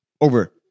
over